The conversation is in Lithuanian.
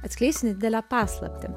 atskleisiu nedidelę paslaptį